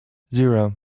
zero